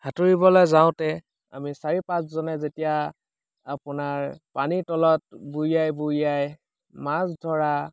সাঁতুৰিবলৈ যাওঁতে আমি চাৰি পাঁচজনে যেতিয়া আপোনাৰ পানীৰ তলত বুৰিয়াই বুৰিয়াই মাছ ধৰা